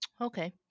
Okay